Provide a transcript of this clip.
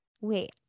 Wait